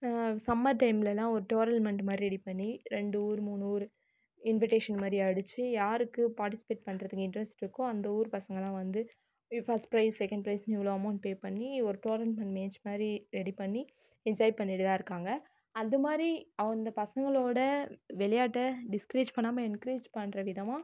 summer டைம்லெலாம் ஒரு tournament மாதிரி ரெடி பண்ணி ரெண்டு ஊர் மூணு ஊர் இன்விடேஷன் மாதிரி அடிச்சு யாருக்கு பார்ட்டிசிபேட் பண்ணுறதுக்கு இன்ட்ரெஸ்ட் இருக்கோ அந்த ஊர் பசங்கள்லாம் வந்து ஃபஸ்ட் ப்ரைஸ் செகண்ட் ப்ரைஸ்னு இவ்வளோ அமௌன்ட் பே பண்ணி ஒரு டோரல்மென்ட் மேட்ச் மாதிரி ரெடி பண்ணி என்ஜாய் பண்ணிட்டு தான் இருக்காங்க அது மாதிரி அவு அந்த பசங்களோடய விளையாட்டை டிஸ்கரேஜ் பண்ணாமல் என்கரேஜ் பண்ணுற விதமாக